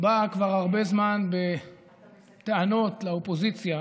באה כבר הרבה זמן בטענות לאופוזיציה